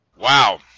Wow